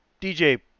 DJ